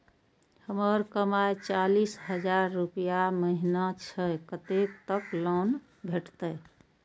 हमर कमाय चालीस हजार रूपया महिना छै कतैक तक लोन भेटते?